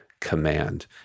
command